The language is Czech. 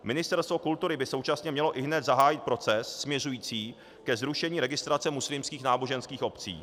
Ministerstvo kultury by současně mělo ihned zahájit proces směřující ke zrušení registrace muslimských náboženských obcí.